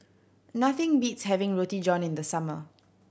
nothing beats having Roti John in the summer